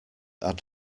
had